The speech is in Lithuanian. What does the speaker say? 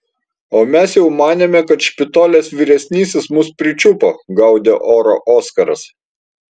o mes jau manėme kad špitolės vyresnysis mus pričiupo gaudė orą oskaras